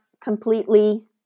completely